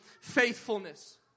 faithfulness